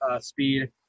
speed